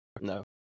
No